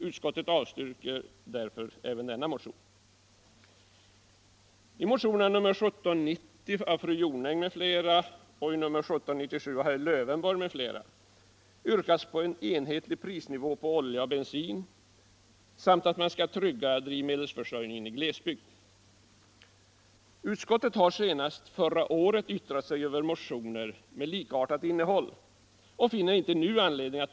Utskottet yrkar därför avslag på motionen.